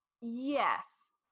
yes